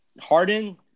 Harden